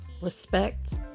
respect